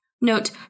Note